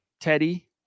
Teddy